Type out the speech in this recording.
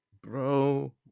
Bro